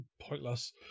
pointless